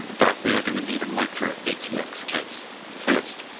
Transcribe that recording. ah but, we are going to need a micro atx case first.